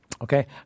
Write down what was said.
Okay